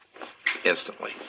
instantly